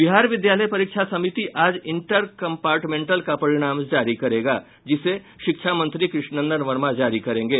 बिहार विद्यालय परीक्षा समिति आज इंटर कंपार्टमेंटल का परिणाम जारी करेगा जिसे शिक्षा मंत्री कृष्णनंदन वर्मा जारी करेंगे